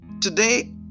today